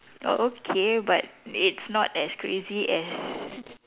o~ okay but it's not as crazy as